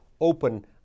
open